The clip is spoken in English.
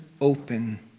open